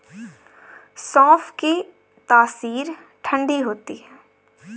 सौंफ की तासीर ठंडी होती है